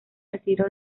retiró